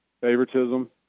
favoritism